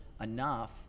enough